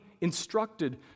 instructed